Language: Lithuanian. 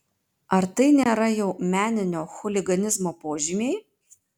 ar tai nėra jau meninio chuliganizmo požymiai